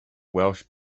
welsh